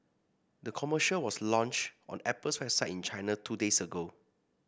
the commercial was launched on Apple's website in China two days ago